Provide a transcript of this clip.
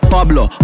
Pablo